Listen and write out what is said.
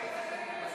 רגע,